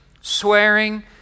swearing